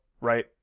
right